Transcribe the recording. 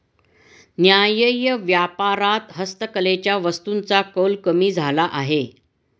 न्याय्य व्यापारात हस्तकलेच्या वस्तूंचा कल कमी झाला आहे